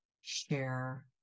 share